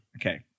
Okay